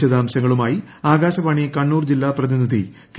വിശദാംശങ്ങളുമായി ആകാശവാണി കണ്ണൂർ ജില്ലാ പ്രതിനിധി കെ